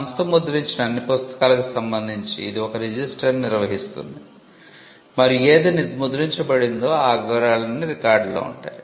సంస్థ ముద్రించిన అన్ని పుస్తకాలకు సంబంధించి ఇది ఒక రిజిస్టర్ను నిర్వహిస్తుంది మరియు ఏది ముద్రించబడిందో ఆ వివరాలన్నీ రికార్డులో ఉంటుంది